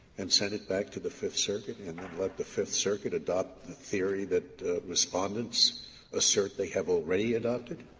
and sent it back to the fifth circuit and then let the fifth circuit adopt the theory that respondents assert they have already adopted?